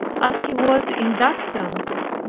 as he was in that country.